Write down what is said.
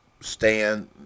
stand